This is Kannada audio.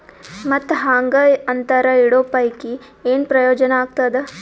ಮತ್ತ್ ಹಾಂಗಾ ಅಂತರ ಇಡೋ ಪೈಕಿ, ಏನ್ ಪ್ರಯೋಜನ ಆಗ್ತಾದ?